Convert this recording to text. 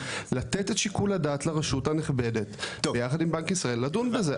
לתת את שיקול הדעת לרשות הנכבדת ביחד עם בנק ישראל לדון בזה,